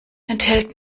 enthält